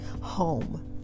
home